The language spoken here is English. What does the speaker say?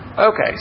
Okay